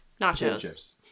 Nachos